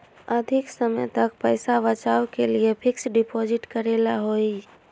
अधिक समय तक पईसा बचाव के लिए फिक्स डिपॉजिट करेला होयई?